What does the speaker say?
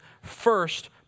first